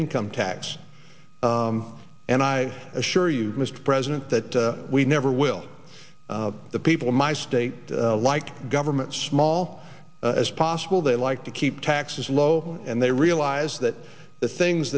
income tax and i assure you mr president that we never will the people in my state like government small as possible they like to keep taxes low and they realize that the things